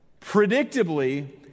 predictably